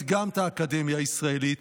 הישראלית, גם את האקדמיה הישראלית.